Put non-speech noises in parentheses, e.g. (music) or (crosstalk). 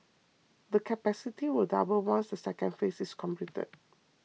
the capacity will double once the second phase is complete (noise)